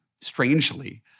strangely